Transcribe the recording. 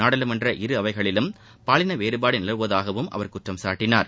நாடாளுமன்ற இரு அவைகளிலும் பாலின வேறுபாடு நிலவுவதாகவும் அவர் குற்றம் சாட்டினார்